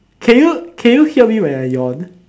can you can you hear me when I yawn